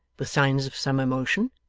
with signs of some emotion.